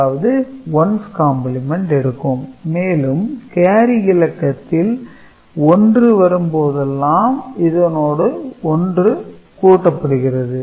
அதாவது 1's complement எடுக்கும் மேலும் கேரி இலக்கத்தில் 1 வரும்போதெல்லாம் இதனுடன் 1 கூட்டப்படுகிறது